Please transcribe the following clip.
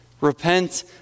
repent